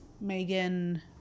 Megan